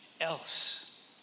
else